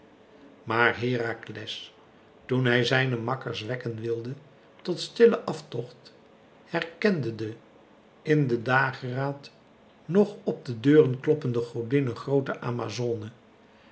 maar herakles toen hij zijne makkers wekken wilde tot stillen aftocht herkende de in de dageraad nog op de deuren kloppende godinne groote amazone